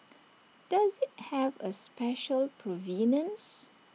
does IT have A special provenance